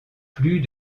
plus